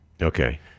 Okay